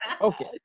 Okay